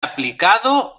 aplicado